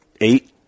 Eight